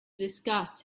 discuss